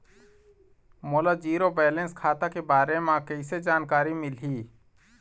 मोला zero balance खाता के बारे म कैसे जानकारी मिलही?